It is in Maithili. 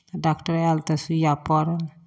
तऽ डाक्टर आयल तऽ सुइआ पड़ल